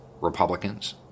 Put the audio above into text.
Republicans